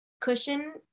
cushion